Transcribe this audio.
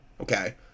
Okay